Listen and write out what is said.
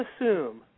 assume